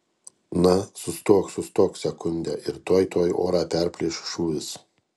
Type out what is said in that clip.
na sustok sustok sekundę ir tuoj tuoj orą perplėš šūvis